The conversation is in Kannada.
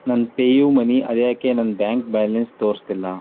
ನನ್ನ ಪೇಯುಮನಿ ಅದ್ಯಾಕೆ ನನ್ನ ಬ್ಯಾಂಕ್ ಬ್ಯಾಲೆನ್ಸ್ ತೋರ್ಸ್ತಿಲ್ಲಾ